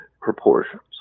proportions